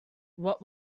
what